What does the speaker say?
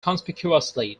conspicuously